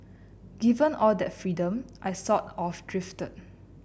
given all that freedom I sort of drifted